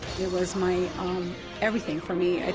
it was my um everything for me.